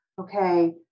okay